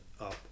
up